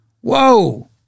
Whoa